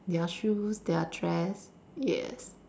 their shoes their dress yes